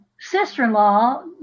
sister-in-law